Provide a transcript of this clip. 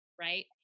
right